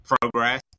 progress